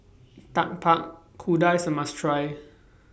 Tapak Kuda IS A must Try